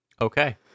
Okay